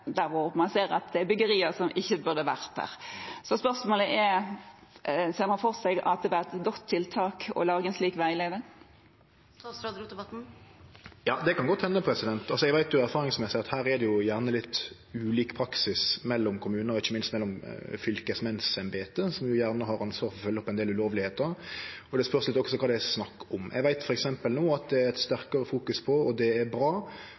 der man ser at det er byggerier som ikke burde vært der. Spørsmålet er: Ser man for seg at det vil være et godt tiltak å lage en slik veileder? Ja, det kan godt hende. Eg veit av erfaring at det er litt ulik praksis mellom kommunar og ikkje minst mellom fylkesmannsembeta, som gjerne har ansvaret for å følgje opp ein del ulovlegheiter, og det spørst også litt kva det er snakk om. Eg veit at det no er eit sterkare fokus – det er bra